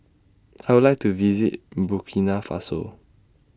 I Would like to visit Burkina Faso